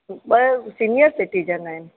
ॿ senior citizen आहिनि